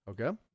okay